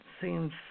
seems